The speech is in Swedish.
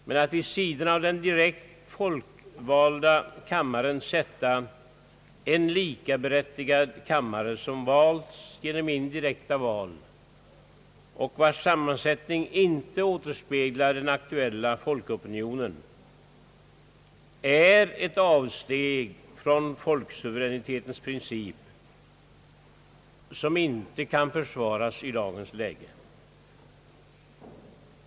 Men att vid sidan av den direkt folkvalda kammaren sätta en likaberättigad kammare som valts genom indirekta val och vars samman sättning inte återspeglar den aktuella folkopinionen är ett avsteg från folksuveränitetens princip som inte kan försvaras i dagens läge.